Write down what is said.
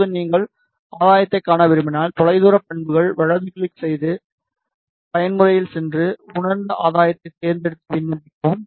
இப்போது நீங்கள் ஆதாயத்தைக் காண விரும்பினால் தொலைதூர பண்புகளை வலது கிளிக் செய்து பயன்முறையில் சென்று உணர்ந்த ஆதாயத்தைத் தேர்ந்தெடுத்து விண்ணப்பிக்கவும்